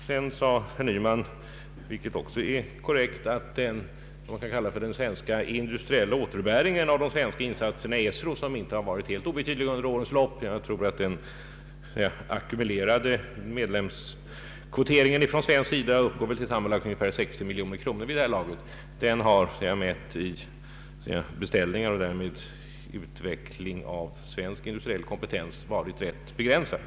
Vidare sade herr Nyman, vilket också är korrekt, att vad man kan kalla den svenska industriella återbäringen av de svenska insatserna i ESRO inte har varit helt obetydlig under årens lopp. Jag tror att den ackumulerade medlemskvoteringen från svensk sida uppgår till sammanlagt ungefär 60 miljoner kronor. Den har, mätt i beställningar och därmed i utveckling av svensk industriell kompetens, varit rätt begränsad.